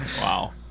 Wow